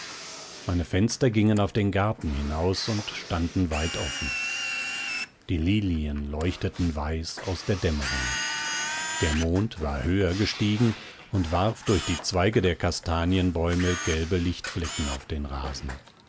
meine fenster gingen auf den garten hinaus und standen weit offen die lilien leuchteten weiß aus der dämmerung der mond war höher gestiegen und warf durch die zweige der kastanienbäume gelbe lichtflecken auf den rasen